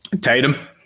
Tatum